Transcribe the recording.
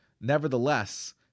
nevertheless